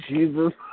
Jesus